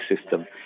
system